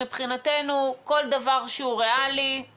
מבחינתנו כל דבר שהוא ריאלי, מקובל.